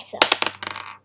better